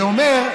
זה אומר,